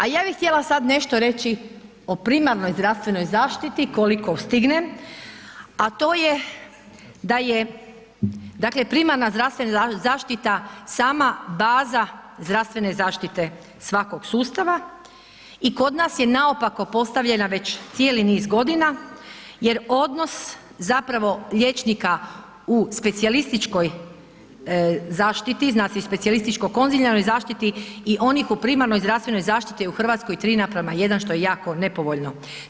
A ja bih htjela sad nešto reći o primarnoj zdravstvenoj zaštiti koliko stignem a to je da je dakle primarna zdravstvena zaštita sama baza zdravstvene zaštite svakog sustava i kod nas je naopako postavljena već cijeli niz godina jer odnos zapravo liječnika u specijalističkoj zaštiti, znači i specijalističko konzilijarnoj zaštiti i onih u primarnoj zdravstvenoj zaštiti je u Hrvatskoj 3:1 što je jako nepovoljno.